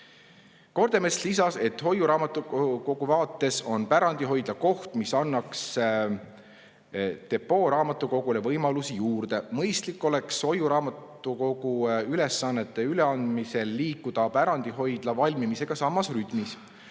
Kordemets lisas, et hoiuraamatukogu vaates on pärandihoidla koht, mis annaks depooraamatukogule võimalusi juurde. Mõistlik oleks hoiuraamatukogu ülesannete üleandmisel liikuda pärandihoidla valmimisega samas rütmis.